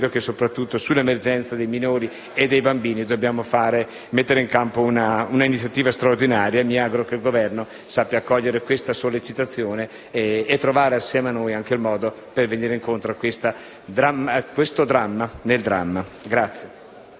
credo che soprattutto sull'emergenza relativa ai minori e ai bambini dovremmo mettere in campo un'iniziativa straordinaria e mi auguro che il Governo sappia cogliere questa sollecitazione e trovare assieme a noi il modo per venire incontro a questo dramma nel dramma.